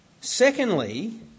Secondly